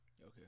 Okay